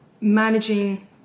managing